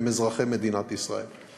הם אזרחי מדינת ישראל.